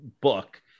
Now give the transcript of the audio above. book